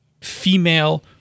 female